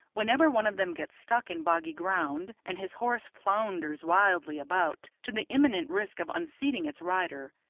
whenever one of them gets stuck in boggy ground, and his horse flounders wildly about, to the imminent risk of unseating its rider,